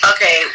Okay